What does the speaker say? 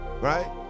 right